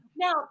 Now